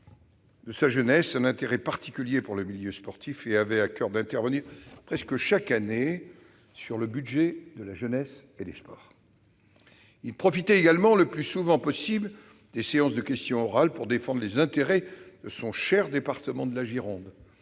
de sa jeunesse un intérêt particulier pour le milieu sportif et avait à coeur d'intervenir, presque chaque année, sur le budget de la jeunesse et des sports. Il profitait également, le plus souvent possible, des séances de questions orales pour défendre les intérêts de son cher département de la Gironde